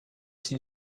sie